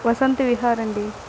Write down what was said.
వసంత విహార్ అండి